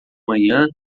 manhã